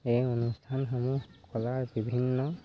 এই অনুষ্ঠানসমূহ কলাৰ বিভিন্ন